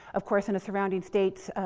of course, in the surrounding states,